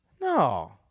No